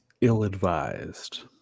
ill-advised